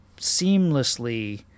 seamlessly